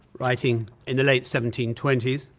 writing in the late seventeen twenty s.